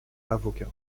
avocat